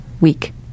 week